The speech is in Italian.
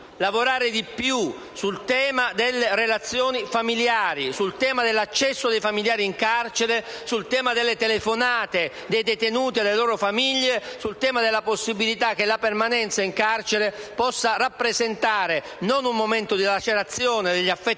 lavorare di più sul tema delle relazioni famigliari, sul tema dell'accesso dei famigliari in carcere, sul tema delle telefonate dei detenuti alle proprie famiglie, sul tema della possibilità che la permanenza in carcere possa rappresentare non un momento di lacerazione degli affetti famigliari